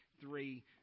three